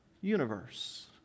universe